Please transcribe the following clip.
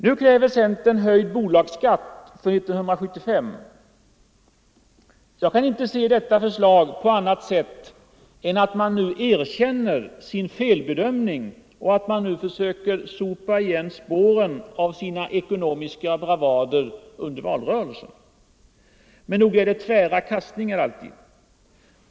Nu kräver centern höjd bolagsskatt för 1975. Jag kan inte se detta förslag på annat sätt än så att man nu erkänner sin felbedömning och att man nu försöker sopa igen spåren av sina ekonomiska bravader under valrörelsen. Men nog är det tvära kastningar alltid.